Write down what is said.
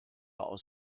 aus